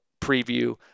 preview